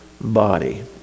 body